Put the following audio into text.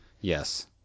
Yes